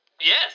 Yes